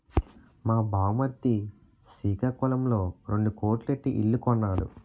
మా బామ్మర్ది సికాకులంలో రెండు కోట్లు ఎట్టి ఇల్లు కొన్నాడు